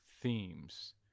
themes